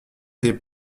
des